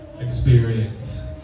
experience